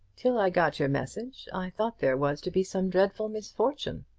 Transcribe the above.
till i got your message i thought there was to be some dreadful misfortune.